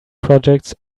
projects